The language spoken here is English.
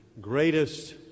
greatest